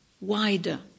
wider